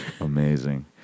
Amazing